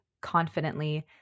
confidently